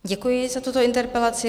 Děkuji za tuto interpelaci.